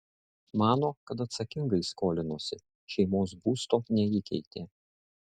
mano kad atsakingai skolinosi šeimos būsto neįkeitė